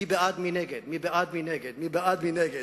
מי בעד, מי נגד, מי בעד, מי נגד.